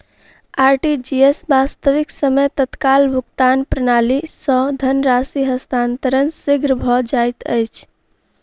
RTGS, वास्तविक समय तत्काल भुगतान प्रणाली, सॅ धन राशि हस्तांतरण शीघ्र भ जाइत अछि